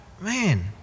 man